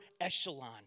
echelon